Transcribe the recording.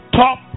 top